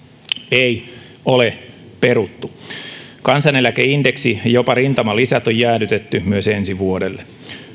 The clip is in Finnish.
ei ole peruttu kansaneläkeindeksi ja jopa rintamalisät on jäädytetty myös ensi vuodelle